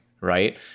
right